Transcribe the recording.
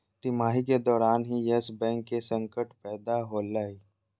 तिमाही के दौरान ही यस बैंक के संकट पैदा होलय